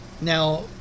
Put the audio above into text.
Now